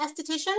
esthetician